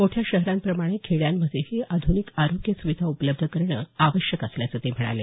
मोठ्या शहरांप्रमाणे खेड्यामंध्येही आध्रनिक आरोग्य सुविधा उपलब्ध करणं आवश्यक असल्याचं ते म्हणाले